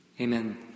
Amen